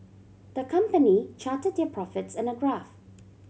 the company charted their profits in a graph